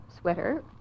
sweater